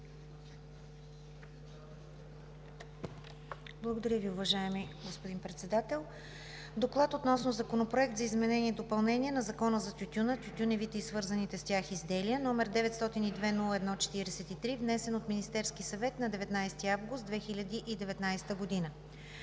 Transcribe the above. Благодаря, уважаеми господин Председател. „ДОКЛАД относно Законопроект за изменение и допълнение на Закона за тютюна, тютюневите и свързаните с тях изделия, № 902-01-43, внесен от Министерския съвет на 19 август 2019 г.